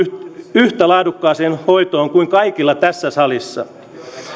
yhtä laadukkaaseen hoitoon kuin kaikilla tässä salissa